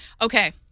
Okay